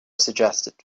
suggested